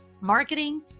marketing